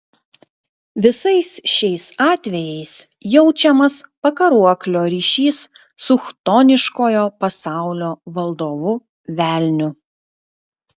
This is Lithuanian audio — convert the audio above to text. visais šiais atvejais jaučiamas pakaruoklio ryšys su chtoniškojo pasaulio valdovu velniu